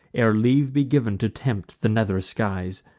ere leave be giv'n to tempt the nether skies.